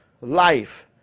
life